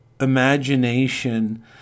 imagination